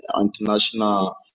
international